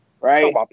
Right